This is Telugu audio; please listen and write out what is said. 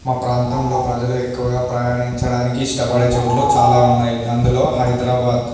నా ప్రాంతంలో ప్రజలు ఎక్కువగా ప్రయాణించడానికి ఇష్టపడే చోట్లు చాలా ఉన్నాయి అందులో హైదరాబాద్